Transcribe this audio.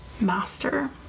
master